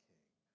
King